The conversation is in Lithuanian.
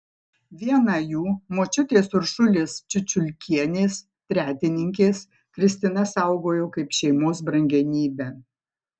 vieną jų močiutės uršulės čiučiulkienės tretininkės kristina saugojo kaip šeimos brangenybę